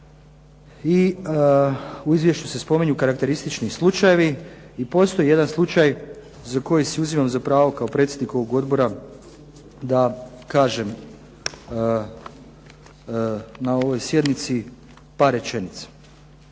i u izvješću se spominju karakteristični slučajevi i postoji jedan slučaj za koji si uzimam za pravo kao predsjednik ovog odbora da kažem na ovoj sjednici par rečenica.